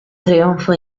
trionfo